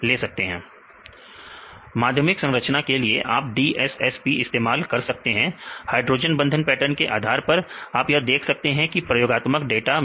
विद्यार्थी फिर से DSSP माध्यमिक संरचना के लिए आप DSSP इस्तेमाल कर सकते समय देखें 0710 हाइड्रोजन बंधन पैटर्न के आधार पर समय देखें0710 आप यह देख सकते हैं प्रयोगात्मक डाटा में